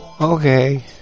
okay